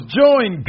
join